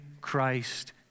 Christ